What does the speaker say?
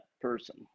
person